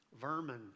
Vermin